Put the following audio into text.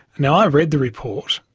now i read the report,